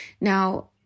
Now